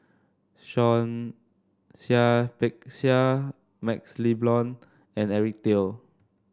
Seah Peck Seah MaxLe Blond and Eric Teo